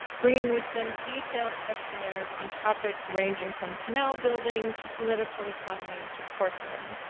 bringing with them detailed questionnaires on topics ranging from canal building to political economy to porcelain.